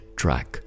track